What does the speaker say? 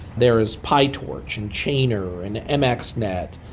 there is pytorch and chainer and ah mxnet,